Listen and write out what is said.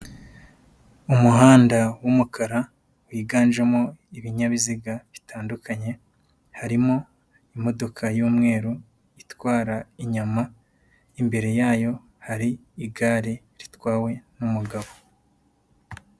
Umuhanda w'umukara wiganjemo ibinyabiziga bitandukanye, harimo imodoka y'umweru itwara inyama imbere yayo hari igare ritwawe n'umugabo.